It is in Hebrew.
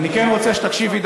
אני כן רוצה שתקשיבי,